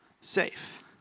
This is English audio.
safe